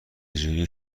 جوری